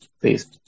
please